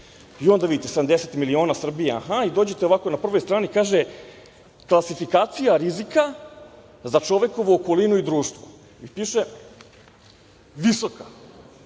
I onda vidite – 70 miliona Srbija, aha, i dođete ovako, na prvoj strani kaže – klasifikacija rizika za čovekovu okolinu i društvo i piše – visoka.